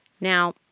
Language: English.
Now